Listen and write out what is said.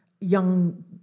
young